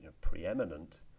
preeminent